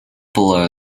below